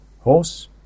Horse